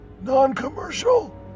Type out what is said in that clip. Non-commercial